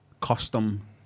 custom